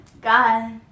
god